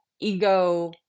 ego